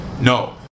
No